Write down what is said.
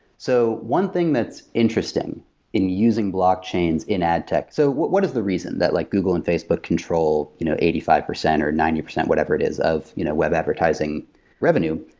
so one thing that's interesting in using blockchains in ad tech so what what is the reason that like google and facebook control you know eighty five percent or ninety percent, whatever it is of you know web advertising revenue?